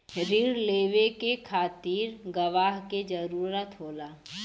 रिण लेवे के खातिर गवाह के जरूरत होला